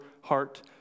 heart